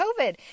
COVID